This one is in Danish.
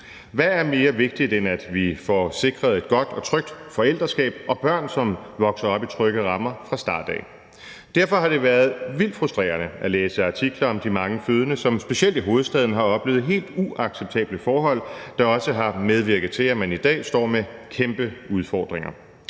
Hvad er mere vigtigt, end at vi får sikret et godt og trygt forældreskab og børn, som vokser op i trygge rammer fra start af? Derfor har det været vildt frustrerende at læse artikler om de mange fødende, som, specielt i hovedstaden, har oplevet helt uacceptable forhold, der også har medvirket til, at man i dag står med kæmpe udfordringer.